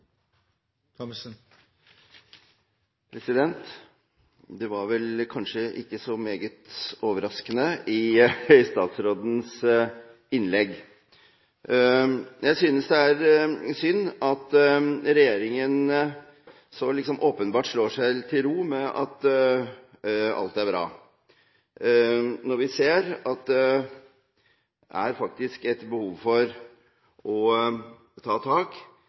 tilbod. Det var vel kanskje ikke så meget overraskende i statsrådens innlegg. Jeg synes det er synd at regjeringen så åpenbart slår seg til ro med at alt er bra, når vi ser at det faktisk er et behov for å ta tak